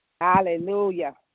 Hallelujah